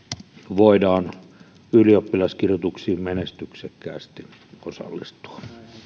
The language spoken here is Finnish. voidaan ylioppilaskirjoituksiin menestyksekkäästi osallistua